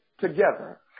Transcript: together